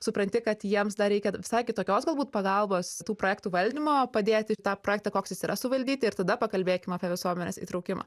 supranti kad jiems dar reikia visai kitokios galbūt pagalbos tų projektų valdymo padėti tą projektą koks jis yra suvaldyti ir tada pakalbėkim apie visuomenės įtraukimą